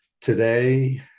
today